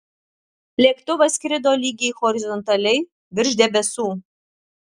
lėktuvas skrido lygiai horizontaliai virš debesų